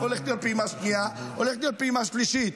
הולכת להיות פעימה שנייה והולכת להיות פעימה שלישית.